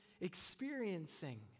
experiencing